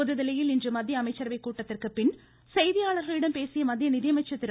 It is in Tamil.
புதுதில்லியில் இன்று மத்திய அமைச்சரவைக்கூட்டத்திற்கு பின் செய்தியாளர்களிடம் பேசிய மத்திய நிதியமைச்சர் திரு